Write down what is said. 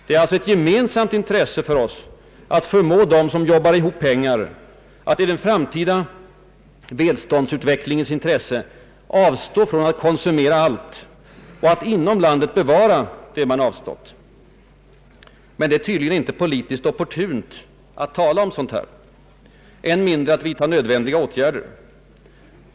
Det är alltså ett gemensamt intresse för oss att förmå dem som jobbar ihop pengar att i den framtida välståndsutvecklingens intresse avstå från att konsumera allt och att inom landet bevara det man avstått. Men det är tydligen inte politiskt opportunt att tala om sådant, än mindre att vidtaga nödvändiga åtgärder.